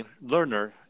learner